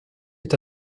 est